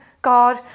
God